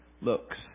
looks